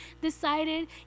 decided